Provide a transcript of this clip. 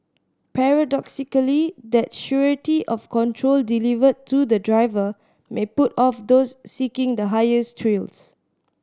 paradoxically that surety of control delivered to the driver may put off those seeking the highest thrills